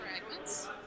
fragments